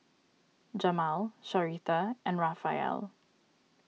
Jamal Sharita and Raphael